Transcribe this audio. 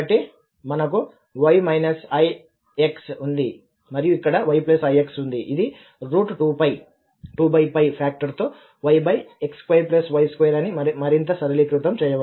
కాబట్టి మనకు y ix ఉంది మరియు ఇక్కడ ఈ yix ఉంది ఇది 2 ఫాక్టర్ తో yx2y2 ని మరింత సరళీకృతం చేయవచ్చు